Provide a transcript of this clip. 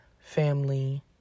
family